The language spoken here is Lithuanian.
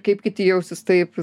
kaip kiti jausis taip